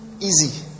Easy